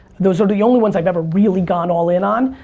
those are the only ones i've ever really gone all in on.